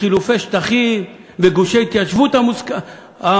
בחילופי שטחים, בגושי ההתיישבות המוסכמים.